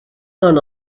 són